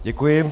Děkuji.